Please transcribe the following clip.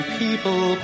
people